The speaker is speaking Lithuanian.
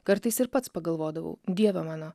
kartais ir pats pagalvodavau dieve mano